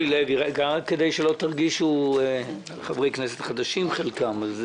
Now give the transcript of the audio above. הדיון הזה